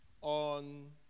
on